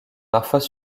parfois